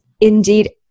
indeed